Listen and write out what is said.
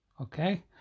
Okay